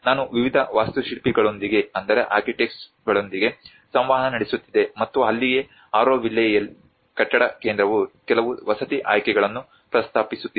ನಾನು ವಿವಿಧ ವಾಸ್ತುಶಿಲ್ಪಿಗಳೊಂದಿಗೆ ಸಂವಹನ ನಡೆಸುತ್ತಿದ್ದೆ ಮತ್ತು ಅಲ್ಲಿಯೇ ಅರೋವಿಲ್ಲೆ ಕಟ್ಟಡ ಕೇಂದ್ರವು ಕೆಲವು ವಸತಿ ಆಯ್ಕೆಗಳನ್ನು ಪ್ರಸ್ತಾಪಿಸುತ್ತಿದೆ